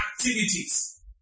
activities